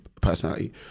personality